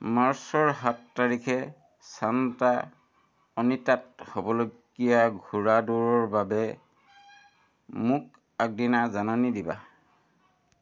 মাৰ্চৰ সাত তাৰিখে ছাণ্টা অনিতাত হ'বলগীয়া ঘোঁৰা দৌৰৰ বাবে মোক আগদিনা জাননী দিবা